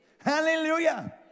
Hallelujah